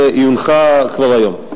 והיא שקופה, לעיונך כבר היום.